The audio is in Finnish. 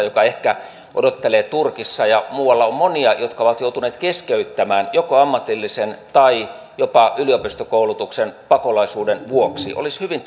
joka ehkä odottelee turkissa ja muualla on monia jotka ovat joutuneet keskeyttämään joko ammatillisen tai jopa yliopistokoulutuksen pakolaisuuden vuoksi olisi hyvin